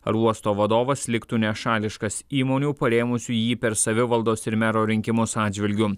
ar uosto vadovas liktų nešališkas įmonių parėmusių jį per savivaldos ir mero rinkimus atžvilgiu